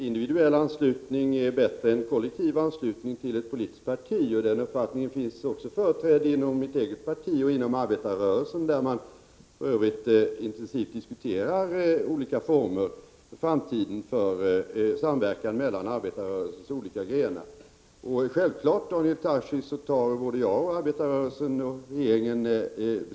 Fru talman! Jag har förståelse för dem som menar att individuell anslutning till ett politiskt parti är bättre än kollektiv anslutning. Den uppfattningen finns också företrädd inom mitt eget parti och inom arbetarrörelsen, där man för övrigt intensivt diskuterar olika former för samverkan i framtiden mellan arbetarrörelsens olika grenar. Tarschys talade om övergrepp, trakasserier och en reservationsrätt som inte fungerar.